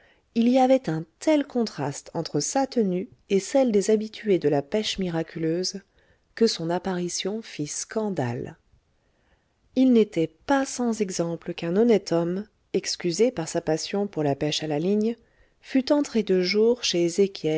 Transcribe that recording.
il y avait un tel contraste entre sa tenue et celle des habitués de la pêche miraculeuse que son apparition fit scandale il n'était pas sans exemple qu'un honnête homme excusé par sa passion pour la pêche à la ligne fût entré de jour chez